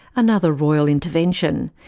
another royal intervention,